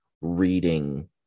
reading